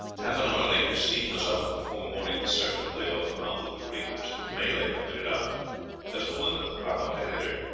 half an hour later steam was up, and before morning the serpent lay off the mouth of the creek which the malay pointed out as the one that the prahu had entered.